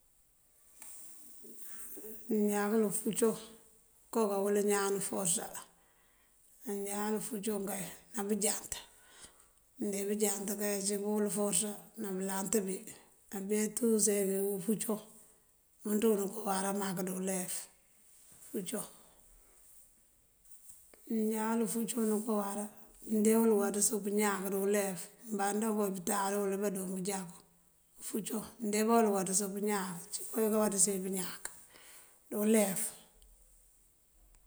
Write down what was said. Uñaangëlo, ufúuţo ooko káwël iñaan uforësa. Uñaangëlo, ufúuţo kay ná bëënjant, mëënde bëënjant kay ací buwël uforësa ná bëëlant bí. Abeentu useki ná ufúncoŋ, umëënţëwun akoo awáará mak dí ulef, ufúncoŋ. Mëënjáal ufúncoŋ oko awáara mëëndeewul uwáantësu pëëñaak dí ulef. Mëëmbándank opital unk dí bado búnjáaku. Ufúncoŋ mëëndeeba uwul awáantësu pëëñaak. Ací kowí kawáanţësi pëëñaak dí ulef.